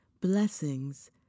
Blessings